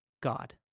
God